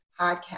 podcast